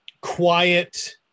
quiet